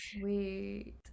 wait